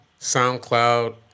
soundcloud